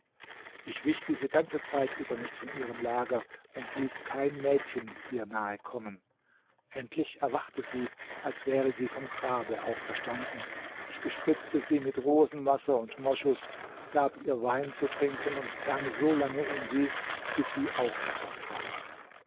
ich wich diese ganze zeit über nicht von ihrem lager und ließ kein mädchen ihr nahe kommen endlich erwachte sie als wäre sie vom grabe auferstanden ich bespritzte sie mit rosenwasser und moschus gab ihr wein zu trinken und drang so lange in sie bis sie auch etwas aß